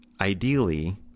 Ideally